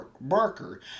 Barker